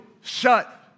shut